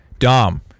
Dom